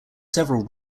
several